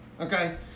okay